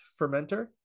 fermenter